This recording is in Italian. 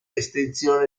estensione